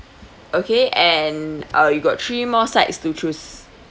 okay and uh you got three more sides to choose